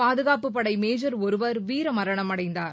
பாதுகாப்புப் படை மேஜர் ஒருவர் வீரமரணம் அடைந்தார்